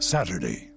Saturday